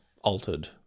altered